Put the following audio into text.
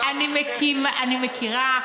אני מכירה,